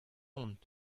hont